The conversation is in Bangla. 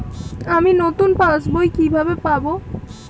আমি নতুন পাস বই কিভাবে পাব?